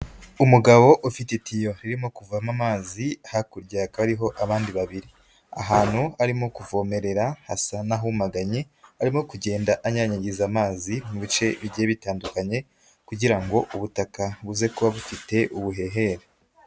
Umugabo ufite itiyo ririmo kuvamo amazi, hakurya hakaba hariho abandi babiri, ahantu arimo kuvomerera hasa n'ahumaganye arimo kugenda anyanyagiza amazi mu bice bigiye bitandukanye, kugira ngo ubutaka buze kuba bufite ubuhehere.